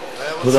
תודה רבה.